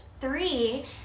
three